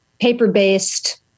paper-based